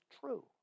true